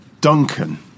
Duncan